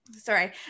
sorry